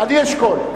אני אשקול.